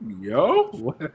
Yo